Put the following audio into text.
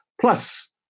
plus